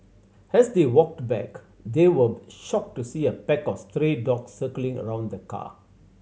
as they walked back they were shocked to see a pack of stray dogs circling around the car